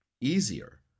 easier